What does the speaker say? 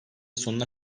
sonuna